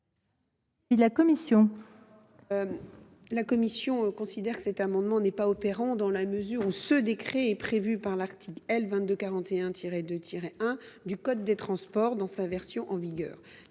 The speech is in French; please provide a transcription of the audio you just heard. La commission considère que cet amendement n’est pas opérant, dans la mesure où ce décret est prévu par l’article L. 2241 2 1 du code des transports, dans sa version en vigueur.